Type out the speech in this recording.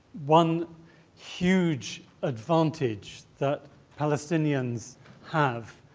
one huge advantage that palestinians have